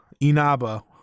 Inaba